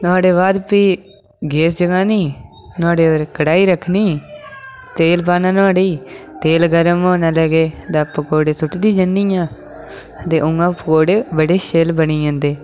नुआढ़े बाद फ्ही गैस जगानी नुआढ़े उप्पर कढाई रक्खनी ते पाना नुआढ़े च ते गर्म होने लग्गै ते पकोडे़ सु'टदी जन्नी आं ते उ'आं पकोडे़ बडे शैल बनी जंदे